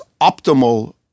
optimal